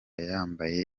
yambaye